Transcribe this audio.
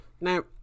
Now